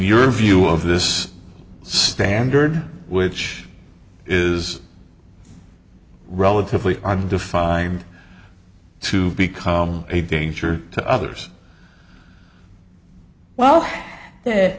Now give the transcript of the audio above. your view of this standard which is relatively are defined to become a danger to others well